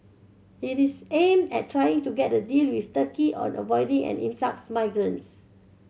it is aimed at trying to get a deal with Turkey on avoiding an influx migrants